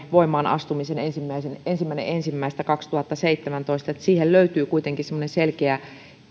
voimaan astumisen ensimmäinen ensimmäistä kaksituhattaseitsemäntoista eli siihen löytyy kuitenkin semmoinen selkeä